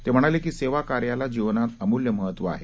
ते म्हणाले की सेवा कार्याला जीवनात अमुल्य महत्व आहे